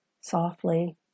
softly